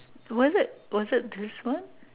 was it was it this one